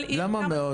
למה מאות?